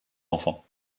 enfants